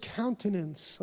countenance